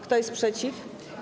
Kto jest przeciw?